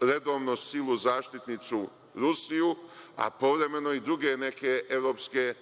redovno silu zaštitnicu Rusiju, a povremeno i druge neke evropske